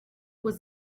was